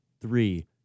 Three